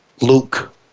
Luke